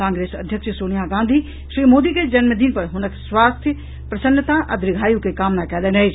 कांग्रेस अध्यक्ष सोनिया गांधी श्री मोदी के जन्मदिन पर हुनक स्वास्थ्य प्रसन्नता आ दीर्घायु के कामना कयलनि अछि